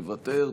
אתה מוותר.